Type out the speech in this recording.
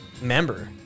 member